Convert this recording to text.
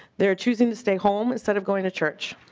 they are choosing to stay home instead of going to church.